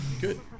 Good